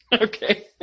Okay